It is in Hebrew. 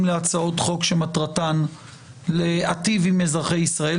להצעות חוק שמטרתן להיטיב עם אזרחי ישראל,